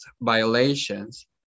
violations